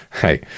hey